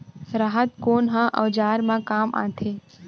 राहत कोन ह औजार मा काम आथे?